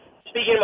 Speaking